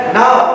now